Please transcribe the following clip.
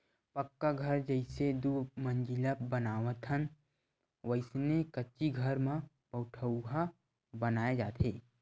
पक्का घर जइसे दू मजिला बनाथन वइसने कच्ची घर म पठउहाँ बनाय जाथे